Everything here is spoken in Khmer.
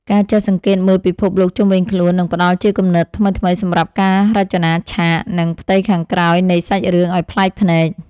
ការចេះសង្កេតមើលពិភពលោកជុំវិញខ្លួននឹងផ្តល់ជាគំនិតថ្មីៗសម្រាប់ការរចនាឆាក និង ផ្ទៃខាងក្រោយនៃសាច់រឿងឱ្យប្លែកភ្នែក។